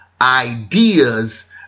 ideas